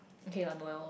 okay lah Noel